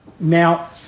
Now